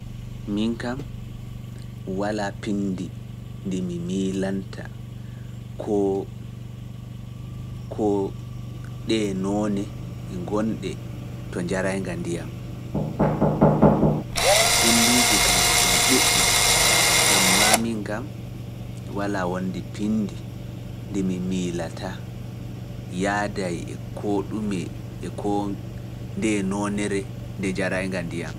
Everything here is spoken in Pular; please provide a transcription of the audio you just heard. Miin kam walaa pinndi, ndi mi miilanta koo- koo ɗee noone gonɗe to njaraynga ndiyam. Pinndiiji kam e ɗon ɗuuɗɗi, ammaa miin kam, walaa wonndi pinndi ndi mi miilata, yahday e koo ɗume, e koo ndeye noonere nde njaraynga ndiyam.